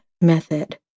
method